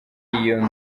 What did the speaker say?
iyo